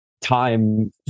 time